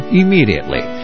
immediately